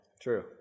true